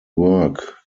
work